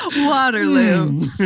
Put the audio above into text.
Waterloo